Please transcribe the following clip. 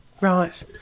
Right